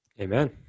Amen